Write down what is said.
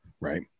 Right